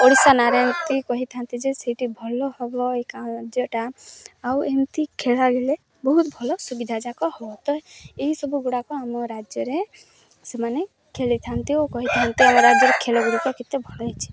ଓଡ଼ିଶା ନାଁରେ ଏମିତି କହିଥାନ୍ତି ଯେ ସେଇଠି ଭଲ ହେବ ଏ କାଯ୍ୟଟା ଆଉ ଏମିତି ଖେଳା ହେଲେ ବହୁତ ଭଲ ସୁବିଧାଯାକ ହେବ ତ ଏହିସବୁଗୁଡ଼ାକ ଆମ ରାଜ୍ୟରେ ସେମାନେ ଖେଳିଥାନ୍ତି ଓ କହିଥାନ୍ତି ଆମ ରାଜ୍ୟରେ ଖେଳଗୁଡ଼ିକ କେତେ ଭଲ ହୋଇଛି